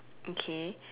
okay